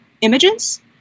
images